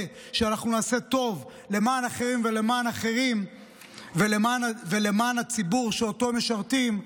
שאנחנו נעשה טוב למען אחרים ולמען הציבור שאותו משרתים,